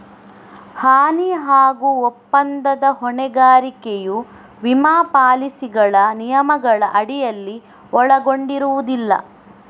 ಹಾನಿ ಹಾಗೂ ಒಪ್ಪಂದದ ಹೊಣೆಗಾರಿಕೆಯು ವಿಮಾ ಪಾಲಿಸಿಗಳ ನಿಯಮಗಳ ಅಡಿಯಲ್ಲಿ ಒಳಗೊಂಡಿರುವುದಿಲ್ಲ